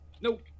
Nope